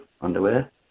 underwear